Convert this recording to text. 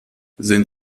sind